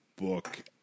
book